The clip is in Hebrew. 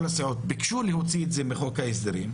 הסיעות ביקשו להוציא את זה מחוק ההסדרים.